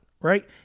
Right